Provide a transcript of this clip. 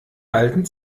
alten